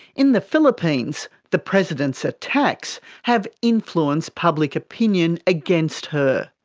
in the philippines the president's attacks have influenced public opinion against her.